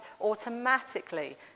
automatically